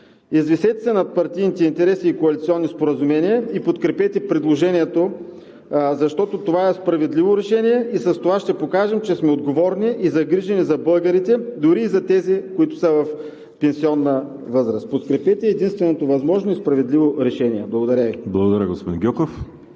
извисете се над партийните интереси и коалиционните споразумения и подкрепете предложението, защото е справедливо решение и с това ще покажем, че сме отговорни и загрижени за българите, дори и за тези, които са в пенсионна възраст. Подкрепете единственото възможно и справедливо решение. Благодаря Ви. ПРЕДСЕДАТЕЛ ВАЛЕРИ